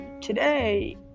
today